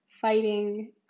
fighting